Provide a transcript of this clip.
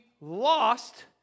lost